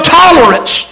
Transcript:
tolerance